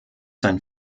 sein